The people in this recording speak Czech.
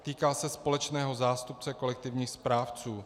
Týká se společného zástupce kolektivních správců.